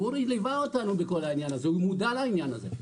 ואורי ליווה אותנו בכל העניין הזה הוא מודע לעניין הזה,